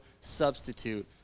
substitute